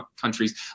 countries